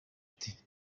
ati